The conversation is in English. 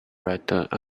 rattled